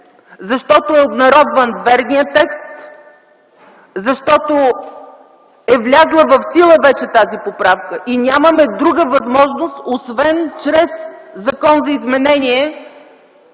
Защото е обнародван верният текст, защото е влязла в сила вече тази поправка и нямаме друга възможност освен чрез закон за изменение